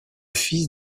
fils